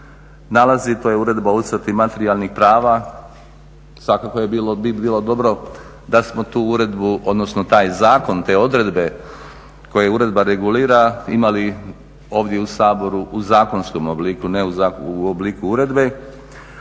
To je Uredba o uskrati materijalnih prava. Svakako bi bilo dobro da smo tu uredbu odnosno taj zakon, te odredbe koje uredba regulira imali ovdje u Saboru u zakonskom obliku, ne u obliku uredbe.